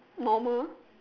normal